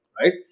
right